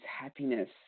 happiness